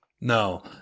No